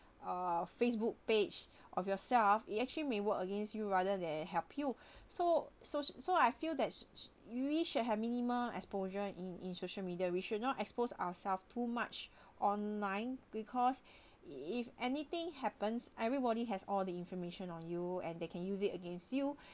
uh facebook page of yourself it actually may work against you rather than help you so so so I feel that sh~ sh~ we should have minimum exposure in in social media we should not expose ourselves too much online because if anything happens everybody has all the information on you and they can use it against you